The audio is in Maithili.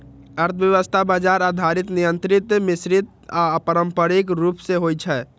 अर्थव्यवस्था बाजार आधारित, नियंत्रित, मिश्रित आ पारंपरिक रूप मे होइ छै